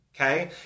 okay